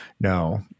no